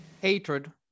hatred